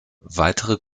weitere